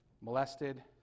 molested